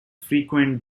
frequent